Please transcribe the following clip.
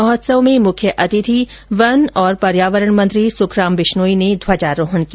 महोत्सव में मुख्य अतिथि वन और पर्यावरण मंत्री सुखराम बिश्नोई ने ध्वजारोहण किया